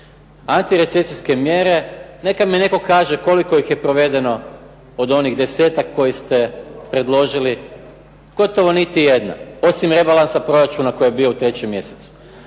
Antirecesijske mjere, neka mi netko kaže koliko ih je provedeno od onih 10-tak koje ste predložili, gotovo ni jedna, osim rebalansa proračuna koji je bio u 3. mjesecu.